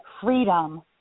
freedom